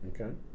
Okay